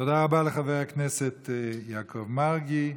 תודה רבה לחבר הכנסת יעקב מרגי.